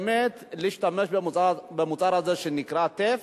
באמת, להשתמש במוצר הזה, שנקרא טף,